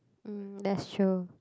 mm that's true